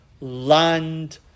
land